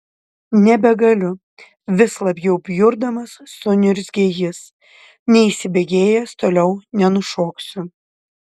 nebegaliu vis labiau bjurdamas suniurzgė jis neįsibėgėjęs toliau nenušoksiu